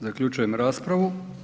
Zaključujem raspravu.